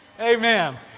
Amen